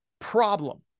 problem